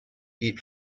eat